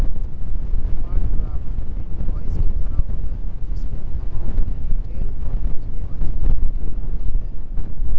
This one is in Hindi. डिमांड ड्राफ्ट इनवॉइस की तरह होता है जिसमे अमाउंट की डिटेल और भेजने वाले की डिटेल होती है